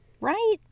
Right